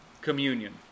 communion